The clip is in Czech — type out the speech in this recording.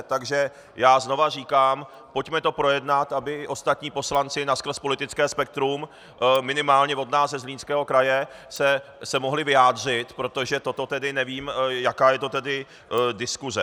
Takže já znovu říkám: Pojďme to projednat, aby ostatní poslanci naskrz politickým spektrem minimálně od nás ze Zlínského kraje se mohli vyjádřit, protože toto tedy nevím, jaká je to tedy diskuse.